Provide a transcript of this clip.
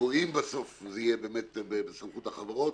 שבו אם בסוף זה יהיה באמת בסמכות החברות,